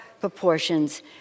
proportions